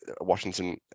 Washington